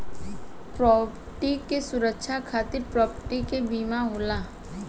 property के सुरक्षा खातिर प्रॉपर्टी के बीमा होला